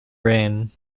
rain